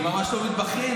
אני ממש לא מתבכיין.